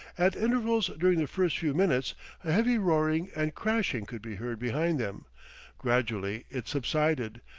at intervals during the first few minutes a heavy roaring and crashing could be heard behind them gradually it subsided,